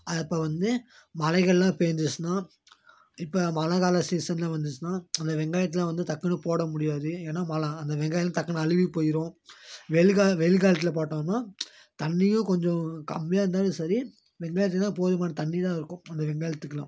அது அப்போ வந்து மழைகள்லாம் பேய்ஞ்சிச்சுன்னா இப்போ மழைக்கால சீசன்லாம் வந்துச்சுன்னா அந்த வெங்காயத்தெல்லாம் வந்து டக்குன்னு போட முடியாது ஏன்னா மழை அந்த வெங்காயம் டக்குன்னு அழுகி போயிடும் வெயில் காலம் வெயில் காலத்தில் போட்டோம்னா தண்ணியும் கொஞ்சம் கம்மியாக இருந்தாலும் சரி வெங்காயத்துக்கு தான் போதுமான தண்ணி தான் இருக்கும் அந்த வெங்காயத்துக்கெல்லாம்